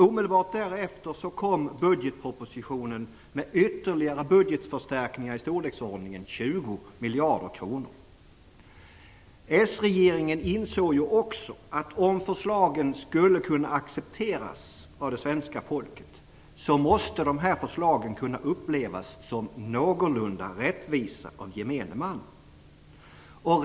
Omedelbart därefter kom budgetpropositionen med ytterligare budgetförstärkningar i storleksordningen 20 miljarder kronor. S-regeringen insåg också att förslagen måste upplevas som någorlunda rättvisa för gemene man om de skulle accepteras av det svenska folket.